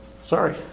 Sorry